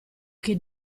che